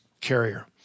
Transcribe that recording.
carrier